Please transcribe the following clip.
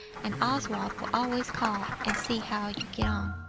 and oswald will always call and see how you get on.